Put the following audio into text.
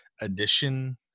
edition